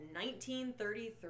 1933